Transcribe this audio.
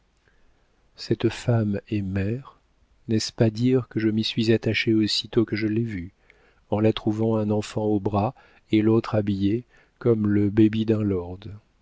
cette femme est mère n'est-ce pas dire que je m'y suis attachée aussitôt que je l'ai vue en la trouvant un enfant au bras et l'autre habillé comme le baby d'un lord